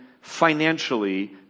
financially